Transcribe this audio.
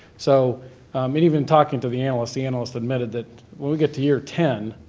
so and even talking to the analyst, the analyst admitted that when we get to year ten,